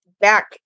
back